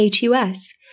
HUS